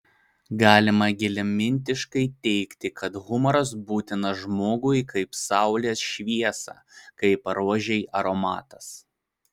galima giliamintiškai teigti kad humoras būtinas žmogui kaip saulės šviesa kaip rožei aromatas